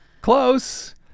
Close